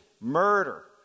murder